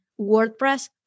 WordPress